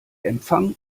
empfang